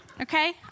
okay